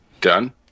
Done